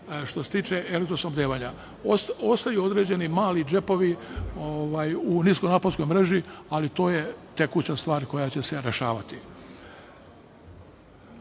što se tiče elektrosnabdevanja. Ostaju određeni mali džepovi u niskonaponskoj mreži, ali to je tekuća stvar koja će se rešavati. Izgrađena